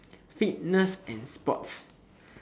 fitness and sports